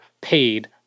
paid